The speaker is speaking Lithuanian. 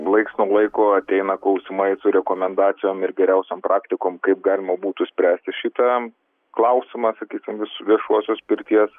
laiks nuo laiko ateina klausimai su rekomendacijom ir geriausiom praktikom kaip galima būtų spręsti šitą klausimą sakysim viš viešosios pirties